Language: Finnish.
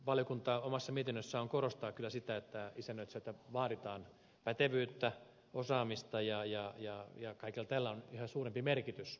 valiokunta omassa mietinnössään korostaa kyllä sitä että isännöitsijältä vaaditaan pätevyyttä osaamista ja kaikella tällä on yhä suurempi merkitys